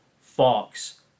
Fox